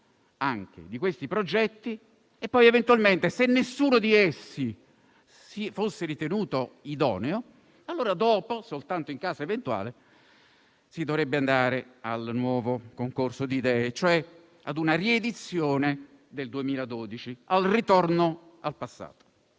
anche di questi progetti e poi, eventualmente, se nessuno di essi fosse ritenuto idoneo, soltanto dopo, in caso eventuale, si dovrebbe andare al nuovo concorso di idee, cioè ad una riedizione del 2012 e al ritorno al passato.